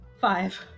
Five